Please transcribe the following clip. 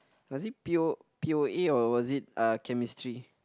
was it P_O p_o_a or was it uh Chemistry